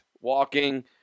walking